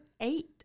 eight